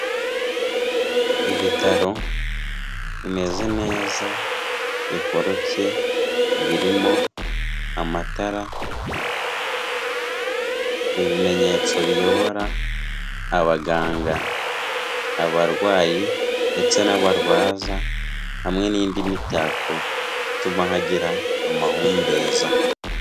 Ibitaro bimeze neza bikoropye birimo amatara, ibimenyetso biyobora abaganga abarwayi ndetse n'abarwaza hamwe n'indi mitako ituma hagira amahumbeza.